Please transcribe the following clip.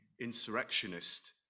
insurrectionist